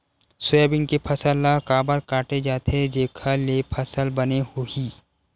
Soybean के फसल ल काबर काटे जाथे जेखर ले फसल बने होही?